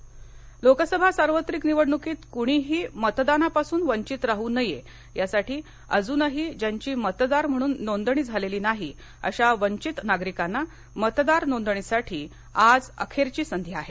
मतदार लोकसभा सार्वत्रिक निवडणूकीत कृणीही मतदानापासून वंघित राहू नये यासाठी अजूनही ज्यांची मतदार म्हणून नोंदणी झालेली नाही अशा वंचित नागरिकांना मतदार नोंदणीसाठी आज अखेरची संधी आहे